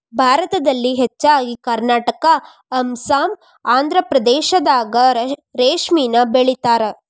ಭಾರತದಲ್ಲಿ ಹೆಚ್ಚಾಗಿ ಕರ್ನಾಟಕಾ ಅಸ್ಸಾಂ ಆಂದ್ರಪ್ರದೇಶದಾಗ ರೇಶ್ಮಿನ ಬೆಳಿತಾರ